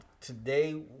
today